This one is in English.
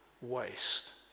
waste